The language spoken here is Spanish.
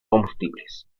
combustibles